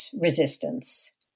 resistance